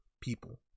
people